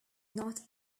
not